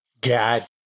God